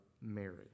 Mary